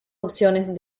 opciones